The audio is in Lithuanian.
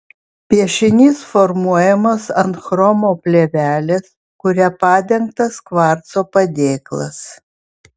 piešinys formuojamas ant chromo plėvelės kuria padengtas kvarco padėklas